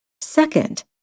Second